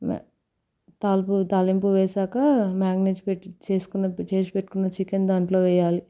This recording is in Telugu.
తాలింపు వేశాక చేసుకున్న చేసి పెట్టుకున్న చికెన్ దాంట్లో వేయాలి